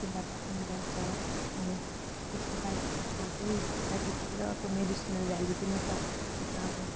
सुन्दरता पनि बढ्छ अनि यसको सयपत्रीको चाहिँ सयपत्रीको चाहिँ अर्को मेडिसनल भेल्यु पनि छ यसमा अब